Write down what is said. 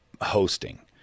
hosting